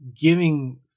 giving